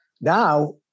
Now